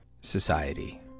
society